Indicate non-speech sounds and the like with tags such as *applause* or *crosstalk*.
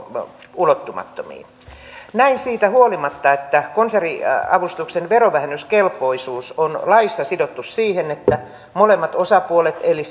ulottumattomiin näin siitä huolimatta että konserniavustuksen verovähennyskelpoisuus on laissa sidottu siihen että molemmat osapuolet eli *unintelligible*